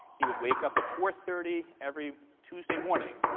he would wake up at four thirty every tuesday morning,